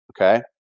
okay